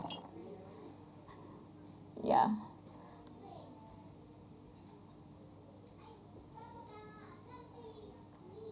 ya